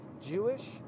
Jewish